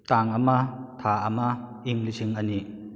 ꯇꯥꯡ ꯑꯃ ꯊꯥ ꯑꯃ ꯏꯪ ꯂꯤꯁꯤꯡ ꯑꯅꯤ